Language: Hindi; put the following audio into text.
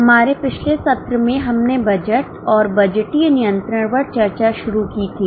हमारे पिछले सत्र में हमने बजट और बजटीय नियंत्रण पर चर्चा शुरू की थी